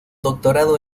doctorado